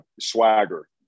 swagger